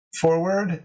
forward